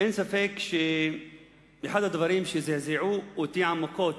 אין ספק שאחד הדברים שזעזעו אותי עמוקות,